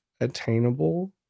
attainable